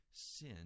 Sin